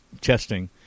testing